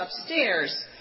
upstairs